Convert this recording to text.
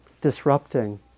disrupting